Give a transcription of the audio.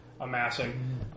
amassing